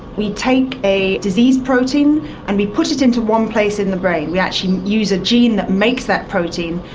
we take a disease protein and we put it into one place in the brain. we actually use a gene that makes that protein,